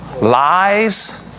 Lies